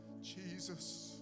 Jesus